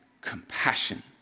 compassion